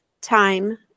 time